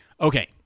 okay